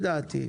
לדעתי.